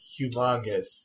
humongous